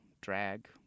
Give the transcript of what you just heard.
drag